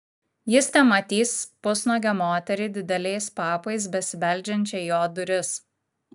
jis tematys pusnuogę moterį dideliais papais besibeldžiančią į jo duris